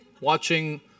Watching